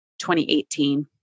2018